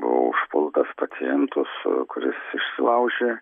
buvau užpultas paciento kuris išsilaužė